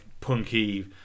punky